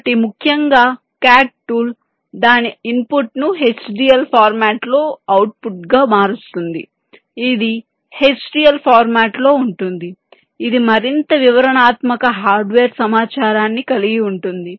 కాబట్టి ముఖ్యంగా CAD tool దాని ఇన్పుట్ను హెచ్డిఎల్ ఫార్మాట్లో అవుట్పుట్గా మారుస్తుంది ఇది హెచ్డిఎల్ ఫార్మాట్లో ఉంటుంది ఇది మరింత వివరణాత్మక హార్డ్వేర్ సమాచారాన్ని కలిగి ఉంటుంది